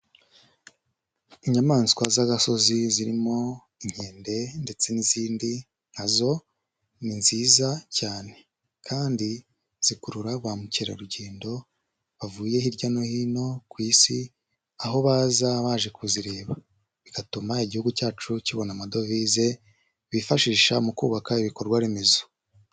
Inyamaswa z'agasozi zirimo inkende ndetse n'izindi nkazo ni nziza cyane kandi zikurura ba mukerarugendo bavuye hirya no hino ku Isi aho baza baje kuzireba, bigatuma Igihugu cyacu kibona amadovize bifashisha mu kubaka ibikorwaremezo.